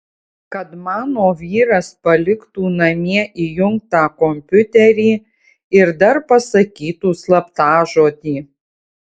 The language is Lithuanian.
kad mano vyras paliktų namie įjungtą kompiuterį ir dar pasakytų slaptažodį